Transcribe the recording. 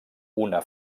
una